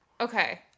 Okay